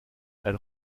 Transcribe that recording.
elle